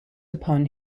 upon